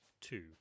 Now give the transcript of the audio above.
Two